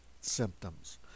symptoms